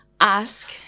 ask